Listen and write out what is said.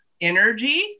energy